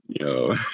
yo